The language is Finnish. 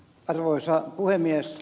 arvoisa puhemies